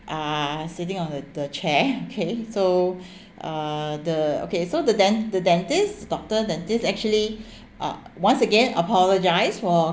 uh sitting on the the chair okay so uh the okay so the den~ the dentist doctor dentist actually uh once again apologise for